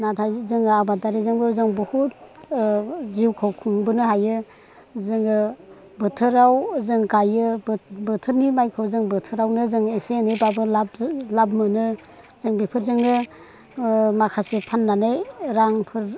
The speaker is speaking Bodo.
नाथाय जोङो आबादारिजोंबो जों बहुद जिउखौ खुंबोनो हायो जोङो बोथोराव जों गायो बोथोरनि माइखौ जों बोथोरावनो जों एसे एनै ब्लाबो लाब मोनो जों बेफोरजोंनो माखासे फाननानै रांफोरखौ